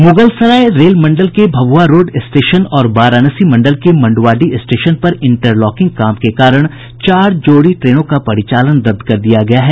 Mughalsarai rail मंडल के Bhabua road station और वाराणसी मंडल के मंडुआडीह स्टेशन पर इंटरलॉकिंग काम के कारण चार जोड़ी ट्रेनों का परिचालन रद्द कर दिया गया है